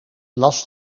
las